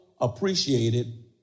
appreciated